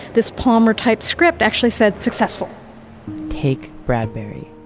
this palmer type script actually said successful take bradbury,